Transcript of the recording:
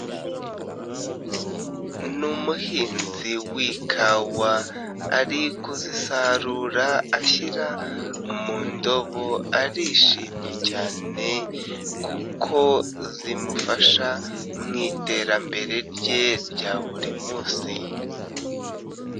Ni umuhinzi w'ikawa ari kuzisarura ashyira mu ndobo, arishimye cyane kuko zimufasha mu iterambere rye rya buri munsi.